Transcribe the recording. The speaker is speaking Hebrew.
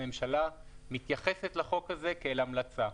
הממשלה מתייחסת לחוק הזה כאל המלצה.